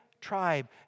Tribe